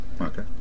okay